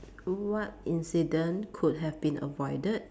what incident could have been avoided